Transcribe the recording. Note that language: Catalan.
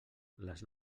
les